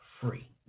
free